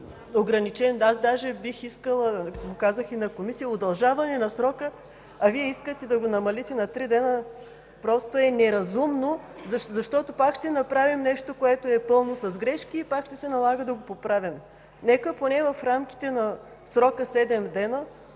подпират. Даже бих искала – казах го и в Комисията, удължаване на срока, а Вие искате да го намалите на 3 дни. Просто е неразумно, защото пак ще направим нещо, което е пълно с грешки, и пак ще се налага да го поправяме. Нека поне в рамките на 7 дневния